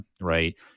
right